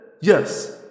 Yes